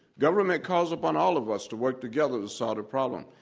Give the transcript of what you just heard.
government calls upon all of us to work together to solve the problem.